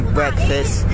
breakfast